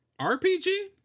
RPG